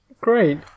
Great